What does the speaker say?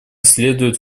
следуют